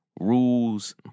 rules